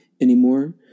anymore